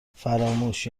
فراموش